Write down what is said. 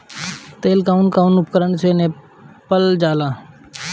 तेल कउन कउन उपकरण से नापल जाला?